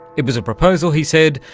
it was a proposal, he said,